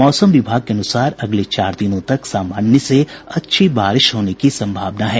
मौसम विभाग के अनुसार अगले चार दिनों तक सामान्य से अच्छी बारिश होने की संभावना है